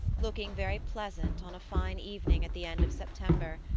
looking very pleasant on a fine evening at the end of september,